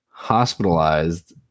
hospitalized